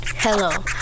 Hello